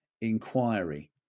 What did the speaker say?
inquiry